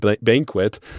banquet